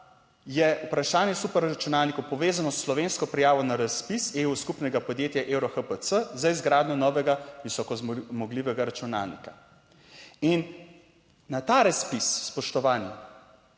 je vprašanje superračunalnikov povezano s slovensko prijavo na razpis EU skupnega podjetja Euro HPC, za izgradnjo novega visoko zmogljivega računalnika. In na ta razpis, spoštovani